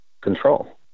control